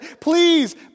please